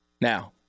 Now